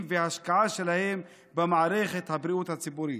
והשקעה שלהם במערכת הבריאות הציבורית.